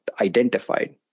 identified